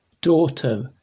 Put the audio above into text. Daughter